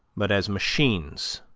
but as machines,